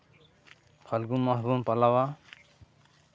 ᱯᱷᱟᱞᱜᱩᱱ ᱢᱟᱥ ᱵᱚᱱ ᱯᱟᱞᱟᱣᱟ